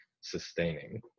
sustaining